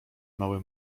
mały